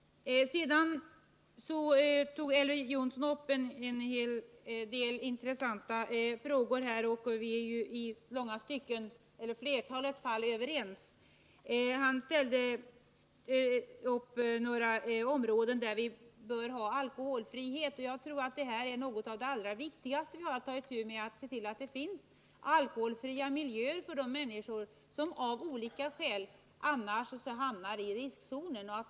Elver Jonsson tog upp en hel del intressanta frågor, och vi är i flertalet fall överens. Han ställde upp några områden som bör vara alkoholfria. Jag tror att bland det allra viktigaste är att se till att det finns alkoholfria miljöer för de människor som av olika skäl annars hamnar i riskzonen.